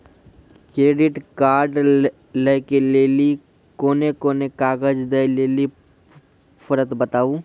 Credit card लै के लेली कोने कोने कागज दे लेली पड़त बताबू?